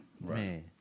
Right